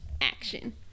action